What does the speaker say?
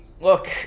look